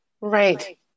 Right